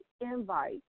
invite